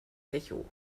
echo